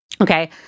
Okay